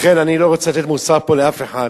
לכן, אני לא רוצה לתת מוסר פה לאף אחד.